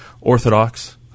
Orthodox